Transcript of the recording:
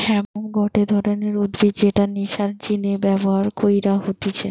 hemp গটে ধরণের উদ্ভিদ যেটা নেশার জিনে ব্যবহার কইরা হতিছে